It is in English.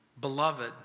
beloved